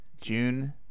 June